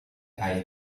hai